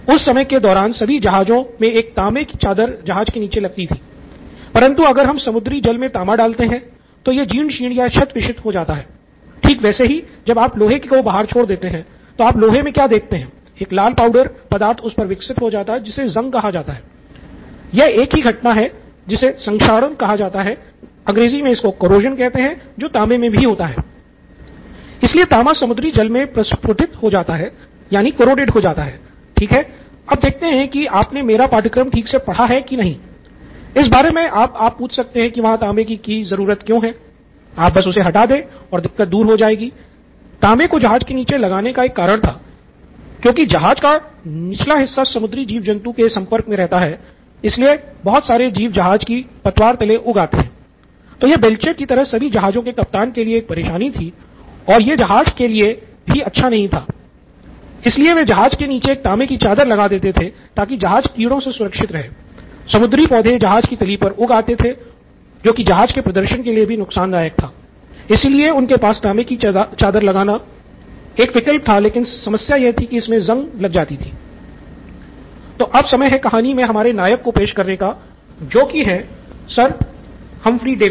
उस समय के दौरान सभी जहाज़ों में एक तांबे तो अब समय है कहानी मे हमारे नायक को पेश करने का जो हैं सर हम्फ्री डेवी